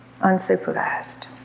unsupervised